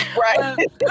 Right